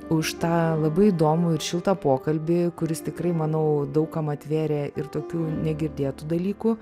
už tą labai įdomų ir šiltą pokalbį kuris tikrai manau daug kam atvėrė ir tokių negirdėtų dalykų